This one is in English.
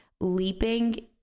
leaping